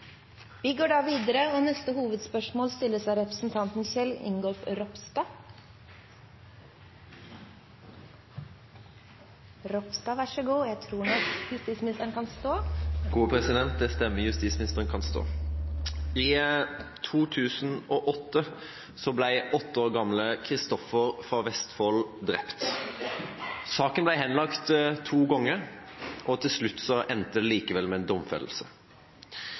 Vi går da videre til neste hovedspørsmål. I 2008 ble åtte år gamle Christoffer fra Vestfold drept. Saken ble henlagt to ganger, og til slutt endte det likevel med en domfellelse.